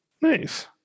Nice